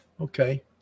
Okay